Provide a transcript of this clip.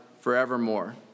forevermore